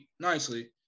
nicely